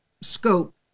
scope